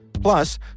Plus